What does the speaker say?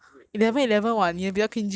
okay lah 可是我的比较 cringey